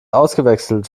ausgewechselt